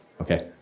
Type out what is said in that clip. Okay